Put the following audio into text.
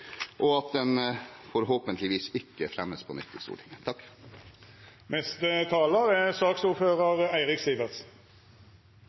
og at den forhåpentligvis ikke fremmes på nytt i Stortinget.